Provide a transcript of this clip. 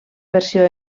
versió